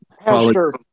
Pastor